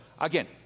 again